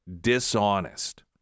dishonest